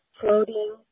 floating